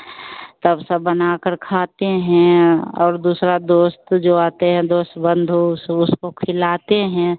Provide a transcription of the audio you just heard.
तब सब बनाकर खाते हैं और दूसरा दोस्त जो आते हैं दोस्त बंधु सब उसको खिलाते हैं